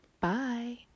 bye